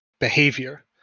behavior